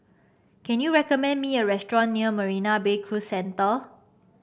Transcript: can you recommend me a restaurant near Marina Bay Cruise Centre